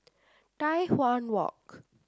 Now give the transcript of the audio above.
Tai Hwan Walk